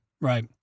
Right